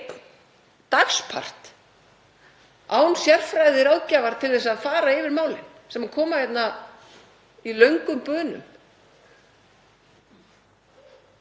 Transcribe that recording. einn dagspart án sérfræðiráðgjafar til að fara yfir málin sem koma hérna í löngum bunum.